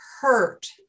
hurt